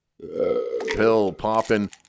pill-popping